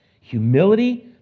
Humility